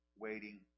waiting